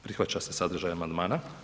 Prihvaća se sadržaj amandmana.